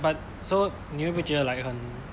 but so 你会不会觉得 like 很